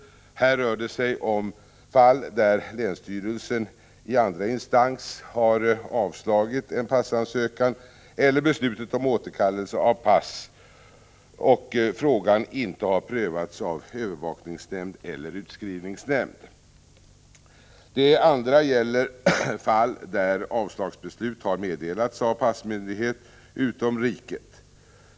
Här rör det sig om fall där länsstyrelsen i andra instans har avslagit en passansökan eller beslutat om återkallelse av pass och frågan inte har prövats av övervakningsnämnd eller utskrivningsnämnd. Det andra gäller fall där avslagsbeslut har meddelats av passmyndighet utom riket.